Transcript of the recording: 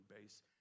base